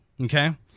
okay